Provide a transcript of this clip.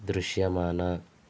దృశ్యమాన